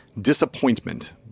disappointment